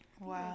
Wow